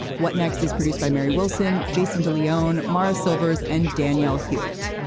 what next is produced by mary wilson jason de leone mara silvers and daniel hewett.